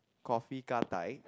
coffee kah-dai